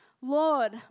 Lord